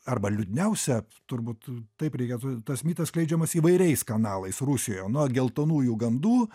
arba liūdniausia turbūt taip reikėtų tas mitas skleidžiamas įvairiais kanalais rusijoje nuo geltonųjų gandų